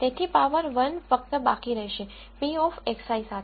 તેથી પાવર 1 ફક્ત બાકી રહેશે p of xi સાથે